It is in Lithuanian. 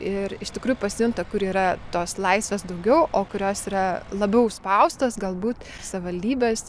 ir iš tikrųjų pasijunta kur yra tos laisvės daugiau o kurios yra labiau užspaustos galbūt savivaldybės